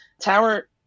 tower